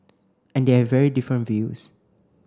and they have very different views